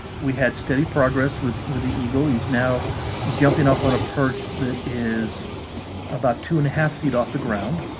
we've had steady progress with with the eagle he's now jumping up on a perch that is about two and half feet off the ground